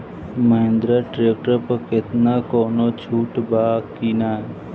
Mahindra tractor पर केतना कौनो छूट बा कि ना?